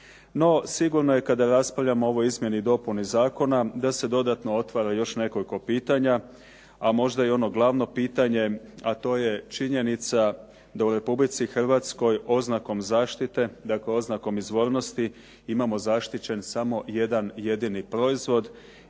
No, sigurno je kada raspravljamo o ovoj izmjeni i dopuni zakona da se dodatno otvara još nekoliko pitanja, a možda i ono glavno pitanje, a to je činjenica da u Republici Hrvatskoj oznakom zaštite, dakle oznakom izvornosti imamo zaštićen samo jedan jedini proizvod